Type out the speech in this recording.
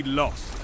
lost